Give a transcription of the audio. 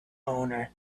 owner